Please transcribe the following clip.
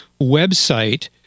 website